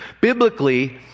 biblically